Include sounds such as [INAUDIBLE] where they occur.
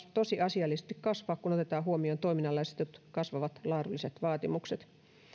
[UNINTELLIGIBLE] tosiasiallisesti kasvaa kun otetaan huomioon toiminnalle asetetut kasvavat laadulliset vaatimukset